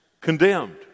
condemned